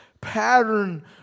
pattern